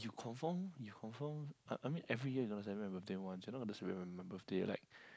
you confirm you confirm I I mean every year you don't celebrate my birthday one sometimes you don't remember my birthday like